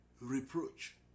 reproach